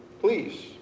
please